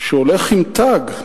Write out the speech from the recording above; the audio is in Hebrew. שהולך עם תג.